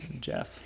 Jeff